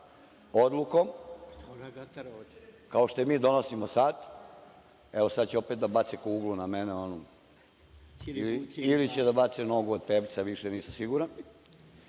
odlukom, kao što je mi donosimo sad. Evo, sada će opet da baci kuglu na mene ili će da baci nogu od pevca, više nisam siguran.